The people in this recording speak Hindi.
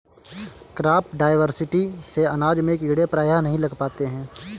क्रॉप डायवर्सिटी से अनाज में कीड़े प्रायः नहीं लग पाते हैं